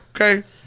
Okay